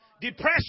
Depression